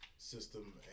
system